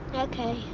ok.